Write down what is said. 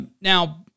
Now